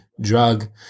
drug